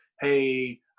hey